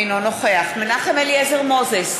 אינו נוכח מנחם אליעזר מוזס,